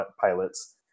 pilots